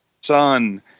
son